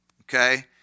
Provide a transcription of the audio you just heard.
okay